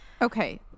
Okay